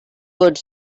good